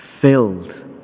filled